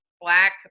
black